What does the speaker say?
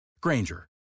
Granger